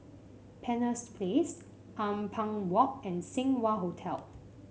Penshurst Place Ampang Walk and Seng Wah Hotel